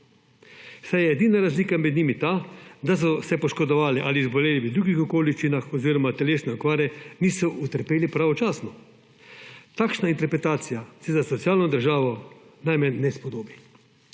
saj je edina razlika med njimi ta, da so se poškodovali ali zboleli v drugih okoliščinah oziroma telesne okvare niso utrpeli pravočasno. Takšna interpretacija se za socialno državo najmanj ne spodobi.